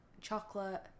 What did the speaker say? chocolate